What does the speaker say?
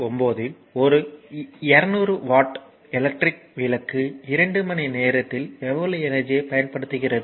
9 இல் ஒரு 200 watt electric விளக்கு 2 மணி நேரத்தில் எவ்வளவு எனர்ஜியைப் பயன்படுத்துகிறது